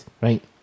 right